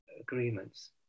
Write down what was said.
agreements